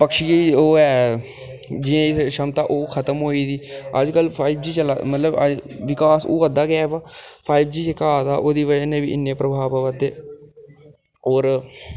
पैंछी ओह् ऐ जे क्षमता ओह् खत्म होई दी अजकल फाइवजी चलै मतलब विकास होआ दा गै बा फाइव जी जेह्का ओह्दी बजह नै बी इन्ने प्रभाव पवै दे होर